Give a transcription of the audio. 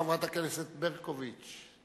חברת הכנסת ברקוביץ-שמאלוב.